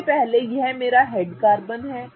सबसे पहले यह मेरा हेड कार्बन है